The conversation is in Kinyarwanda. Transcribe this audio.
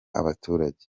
abaturage